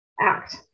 act